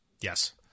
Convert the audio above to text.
Yes